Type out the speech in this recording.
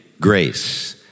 grace